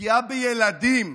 פגיעה בילדים,